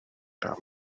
that